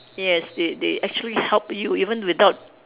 yes they they actually help you even without